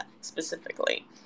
specifically